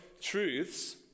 truths